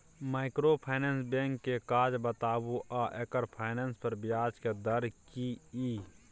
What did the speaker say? Microfinance bank के काज बताबू आ एकर फाइनेंस पर ब्याज के दर की इ?